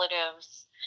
relatives